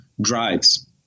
drives